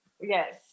Yes